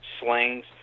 slings